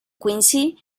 quincy